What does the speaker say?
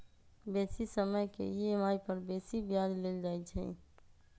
बेशी समय के ई.एम.आई पर बेशी ब्याज लेल जाइ छइ